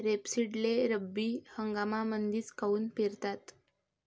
रेपसीडले रब्बी हंगामामंदीच काऊन पेरतात?